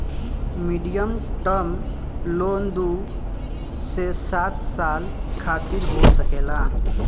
medium term loan दू से सात साल खातिर हो सकेला